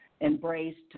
embraced